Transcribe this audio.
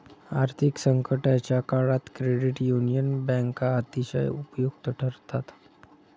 आर्थिक संकटाच्या काळात क्रेडिट युनियन बँका अतिशय उपयुक्त ठरतात